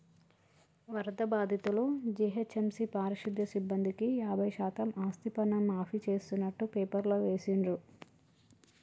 వరద బాధితులు, జీహెచ్ఎంసీ పారిశుధ్య సిబ్బందికి యాభై శాతం ఆస్తిపన్ను మాఫీ చేస్తున్నట్టు పేపర్లో వేసిండ్రు